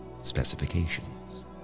specifications